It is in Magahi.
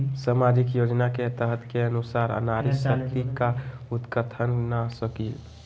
सामाजिक योजना के तहत के अनुशार नारी शकति का उत्थान हो सकील?